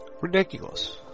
ridiculous